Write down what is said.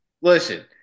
Listen